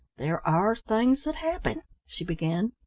there are things that happen she began.